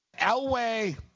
Elway